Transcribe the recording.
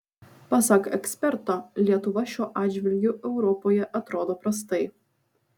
pasak eksperto lietuva šiuo atžvilgiu europoje atrodo prastai